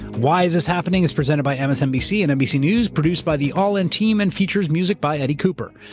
why is this happening? is presented by msnbc and nbc news, produced by the all in team, and features music by eddie cooper.